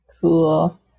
cool